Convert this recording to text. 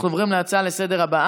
אנחנו עוברים להצעות הבאות לסדר-היום,